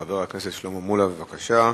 חבר הכנסת שלמה מולה, בבקשה.